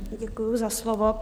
Děkuji za slovo.